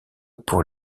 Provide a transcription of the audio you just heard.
pour